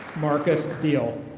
markus diel.